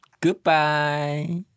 Goodbye